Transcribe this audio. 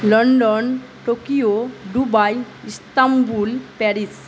London Tokyo Dubai Istanbul Paris